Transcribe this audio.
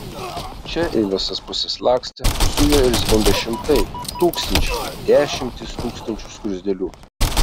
čia į visas puses lakstė zujo ir zvimbė šimtai tūkstančiai dešimtys tūkstančių skruzdėlių